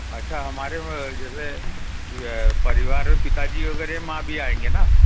अच्छा हमारे में जैसे ये परिवार में पिताजी वगैरह माँ भी आयेंगे ना